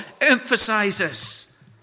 emphasizes